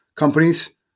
Companies